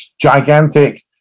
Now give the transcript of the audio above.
gigantic